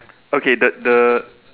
okay the the